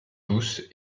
douce